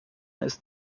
ist